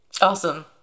Awesome